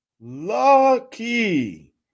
Lucky